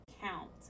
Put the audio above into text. count